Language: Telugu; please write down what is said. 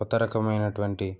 కొత్త రకం అయినటువంటి